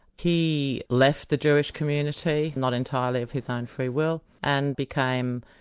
he left the jewish community, not entirely of his own free will, and became,